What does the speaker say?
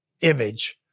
image